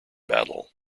battle